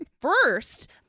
first